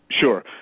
Sure